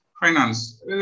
finance